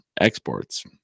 exports